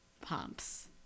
pumps